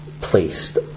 placed